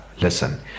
listen